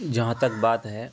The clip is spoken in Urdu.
جہاں تک بات ہے